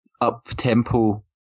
up-tempo